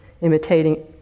imitating